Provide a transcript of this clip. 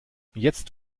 jetzt